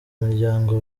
imiryango